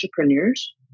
entrepreneurs